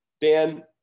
Dan